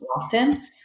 often